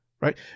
Right